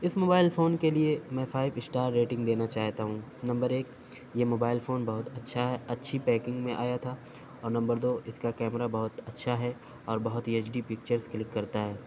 اِس mobile phone کے لیے میں فائیو اسٹار ریٹنگ دینا چاہتا ہوں نمبر ایک یہ موبائل فون بہت اچھا ہے اچھی پیکنگ میں آیا تھا اور نمبر دو اِس کا کیمرہ بہت اچھا ہے اور بہت ہی ایچ ڈی پکچرز کلک کرتا ہے